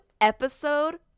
episode